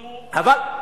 נו?